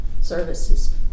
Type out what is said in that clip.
services